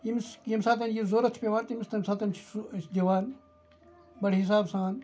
یمِس ییٚمہِ ساتہٕ یہِ ضوٚرَتھ چھُ پیٚوان تمِس تمہِ ساتہٕ چھُ سُہ دِوان بَڈٕ حساب سان